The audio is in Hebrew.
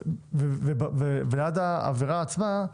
ליד העבירה עצמה,